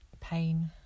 pain